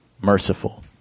merciful